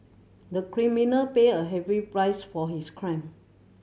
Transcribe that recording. the criminal paid a heavy price for his crime